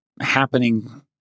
happening